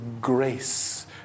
grace